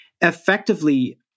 effectively